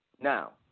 Now